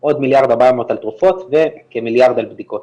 עוד 1.4 מיליארד על תרופות וכמיליארד על בדיקות.